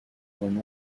when